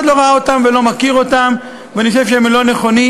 לא ראה אותן ולא מכיר אותן ואני חושב שהן לא נכונות.